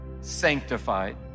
sanctified